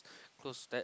close that